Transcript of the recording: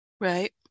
Right